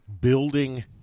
building